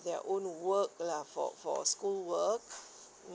their own work lah for for school work mm